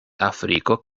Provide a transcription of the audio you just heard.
afriko